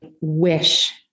wish